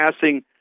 passing